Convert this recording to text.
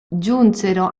giunsero